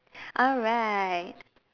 alright